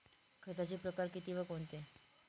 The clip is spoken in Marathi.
खताचे प्रकार किती व कोणते?